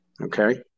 Okay